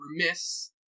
remiss